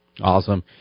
Awesome